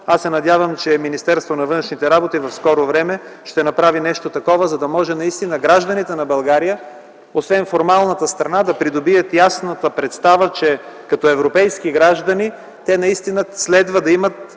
се надявам, че Министерството на външните работи в скоро време ще направи нещо такова, за да може гражданите на България освен формалната страна да придобият и ясната представа, че като европейски граждани следва да имат